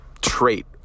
trait